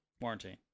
warranty